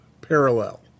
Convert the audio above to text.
parallel